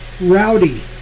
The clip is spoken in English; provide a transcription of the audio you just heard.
Rowdy